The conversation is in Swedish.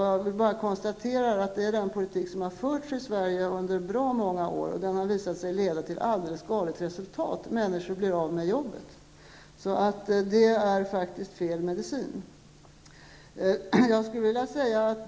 Jag vill då bara konstatera att det är den politik som har förts i Sverige under bra många år, och den har visat sig få ett alldeles galet resultat: Människor blir av med sina jobb. Det är faktiskt fel medicin.